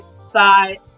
side